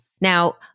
Now